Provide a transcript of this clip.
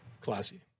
classy